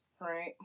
right